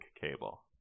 cable